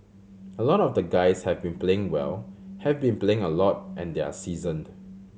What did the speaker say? a lot of the guys have been playing well have been playing a lot and they're seasoned